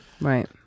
Right